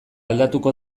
aldatuko